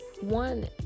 one